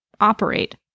operate